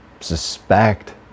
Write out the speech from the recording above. suspect